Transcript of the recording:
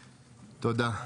תודה.